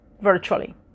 virtually